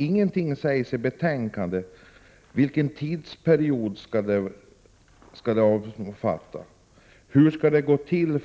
I betänkandet sägs det ingenting om tidsperioden eller om hur kartläggningen skall gå till.